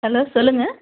hello சொல்லுங்கள்